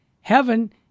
heaven